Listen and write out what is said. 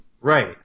Right